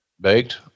baked